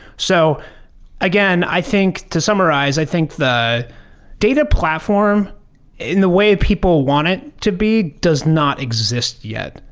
so again, i think to summarize, i think the data platform in the way people want it to be does not exist yet,